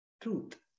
truth